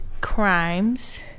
crimes